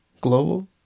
Global